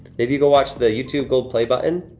maybe you go watch the youtube gold play button.